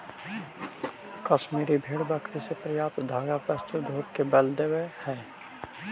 कश्मीरी भेड़ बकरी से प्राप्त धागा वस्त्र उद्योग के बल देवऽ हइ